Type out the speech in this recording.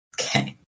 Okay